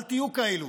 אל תהיה כאלה.